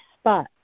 spot